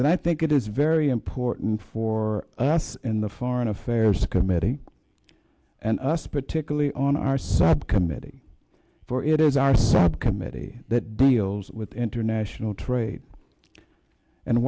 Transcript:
that i think it is very important for us in the foreign affairs committee and us particularly on our subcommittee for it is our subcommittee that deals with international trade and